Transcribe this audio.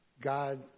God